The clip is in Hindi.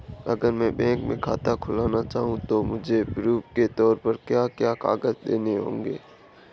अगर मैं बैंक में खाता खुलाना चाहूं तो मुझे प्रूफ़ के तौर पर क्या क्या कागज़ देने होंगे?